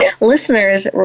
Listeners